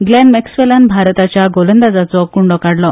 ग्लॅन मॅक्सवेलान भारताच्या गोलंदाजांचो कुंडो काडलो